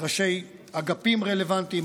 ראשי אגפים רלוונטיים,